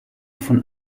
von